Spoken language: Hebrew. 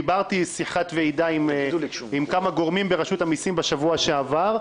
דיברתי בשיחת ועידה עם כמה גורמים ברשות המיסים בשבוע שעבר,